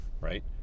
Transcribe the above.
right